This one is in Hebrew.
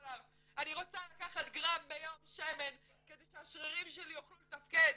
הדבר היחיד שזז אצלי כמו שצריך זה הכפות רגליים.